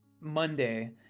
Monday